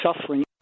suffering